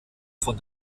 von